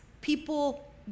people